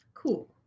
Cool